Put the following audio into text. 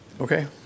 Okay